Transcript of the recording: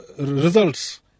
results